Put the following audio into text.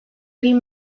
bir